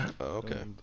okay